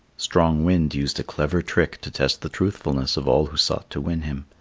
strong wind used a clever trick to test the truthfulness of all who sought to win him.